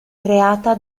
creata